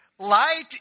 Light